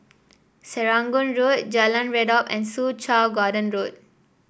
Serangoon Road Jalan Redop and Soo Chow Garden Road